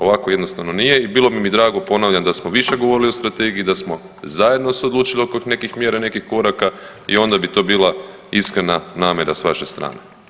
Ovako jednostavno nije i bilo bi mi drago, ponavljam, da smo više govorili o Strategiji, da smo zajedno se odlučili oko nekih mjera, nekih koraka i onda bi to bila iskrena namjera s vaše strane.